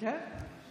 כן.